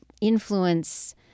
influence